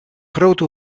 grote